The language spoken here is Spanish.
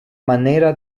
manera